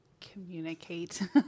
Communicate